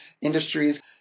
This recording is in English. industries